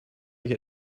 get